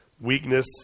weakness